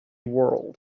world